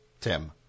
Tim